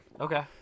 Okay